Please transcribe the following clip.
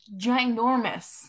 ginormous